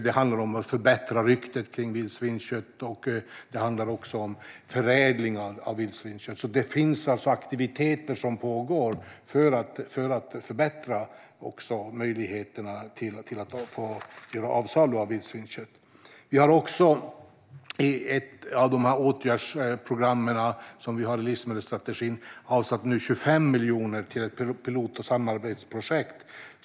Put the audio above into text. Det handlar om att förbättra ryktet för vildsvinskött och förädling av vildsvinskött. Det finns aktiviteter som pågår för att förbättra möjligheterna att göra avsalu av vildsvinskött. Vi har också, i ett av åtgärdsprogrammen i livsmedelsstrategin, avsatt 25 miljoner till ett pilot och samarbetsprojekt.